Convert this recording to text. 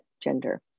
gender